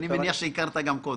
אני מניח שהכרת גם קודם.